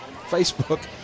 Facebook